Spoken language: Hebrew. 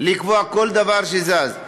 לקבוע כל דבר שזז.